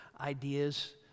ideas